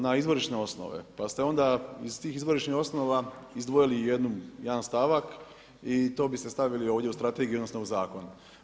Na izvorišne osnove, pa ste onda iz tih izvorišnih osnova izdvojili jedan stavak i to biste stavili ovdje u strategiju, odnosno u zakon.